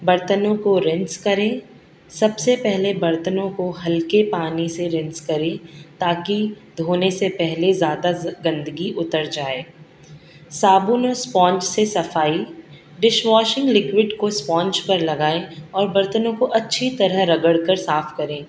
برتنوں کو رنس کریں سب سے پہلے برتنوں کو ہلکے پانی سے رنس کریں تاکہ دھونے سے پہلے زیادہ گندگی اتر جائے صابن اور اسپونج سے صفائی ڈش واشنگ لکوئڈ کو اسپونج پر لگائیں اور برتنوں کو اچھی طرح رگڑ کر صاف کریں